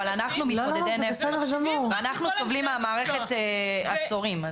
אבל אנחנו מתמודדי נפש ואנחנו סובלים מהמערכת עשורים.